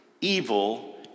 Evil